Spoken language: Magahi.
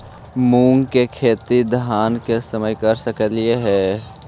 मुंग के खेती धान के समय कर सकती हे?